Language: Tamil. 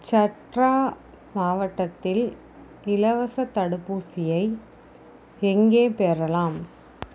சத்ரா மாவட்டத்தில் இலவசத் தடுப்பூசியை எங்கே பெறலாம்